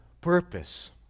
purpose